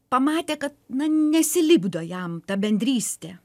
pamatė kad na nesilipdo jam ta bendrystė